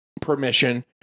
Permission